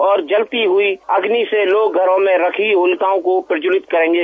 और जलती हुई अभिन से लोग घरों में रखी होलिकाओं को प्रज्जवलित करेंगे